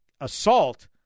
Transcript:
assault